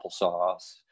applesauce